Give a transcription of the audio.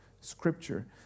scripture